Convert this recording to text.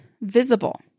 visible